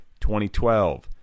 2012